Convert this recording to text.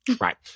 Right